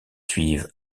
suivent